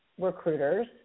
recruiters